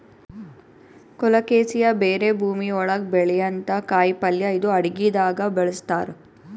colocasia ಬೇರ್ ಭೂಮಿ ಒಳಗ್ ಬೆಳ್ಯಂಥ ಕಾಯಿಪಲ್ಯ ಇದು ಅಡಗಿದಾಗ್ ಬಳಸ್ತಾರ್